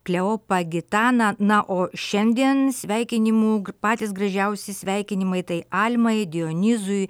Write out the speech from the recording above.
kleopą gitaną na o šiandien sveikinimų patys gražiausi sveikinimai tai almai dionyzui